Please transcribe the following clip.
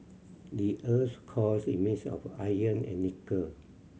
the earth's core is of iron and nickel